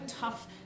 tough